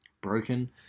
broken